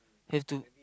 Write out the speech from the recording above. have to